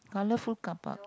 colourful carpark